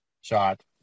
shot